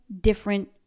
different